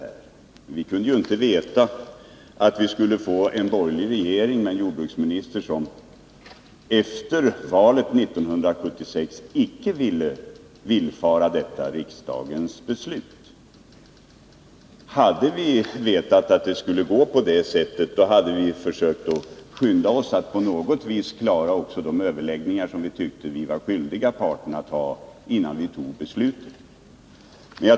Vi kunde ju i det läget inte veta att vi skulle få en borgerlig regering med en jordbruksminister som efter valet 1976 icke ville verkställa detta riksdagens beslut. Hade vi känt till att det skulle gå så, då hade vi skyndat oss att försöka klara de överläggningar som vi tyckte vi var skyldiga parterna att föra innan vi tog beslutet.